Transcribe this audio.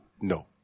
No